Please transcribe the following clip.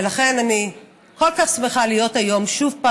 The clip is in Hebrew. ולכן אני כל כך שמחה להיות היום שוב,